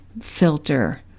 filter